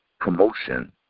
promotion